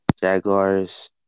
Jaguars